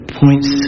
points